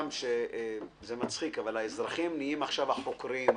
זה מצחיק, אבל האזרחים עכשיו הם החוקרים והבודקים.